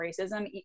racism